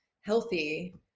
healthy